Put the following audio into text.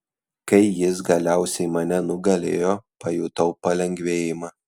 kai jis galiausiai mane nugalėjo pajutau palengvėjimą